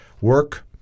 work